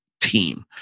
team